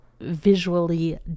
visually